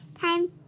time